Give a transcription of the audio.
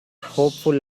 hopeful